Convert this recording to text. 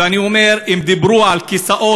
ואני אומר: אם דיברו על כיסאות,